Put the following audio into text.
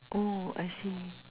oh I see